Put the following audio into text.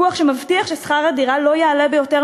פיקוח שמבטיח ששכר הדירה לא יעלה ביותר